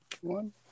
one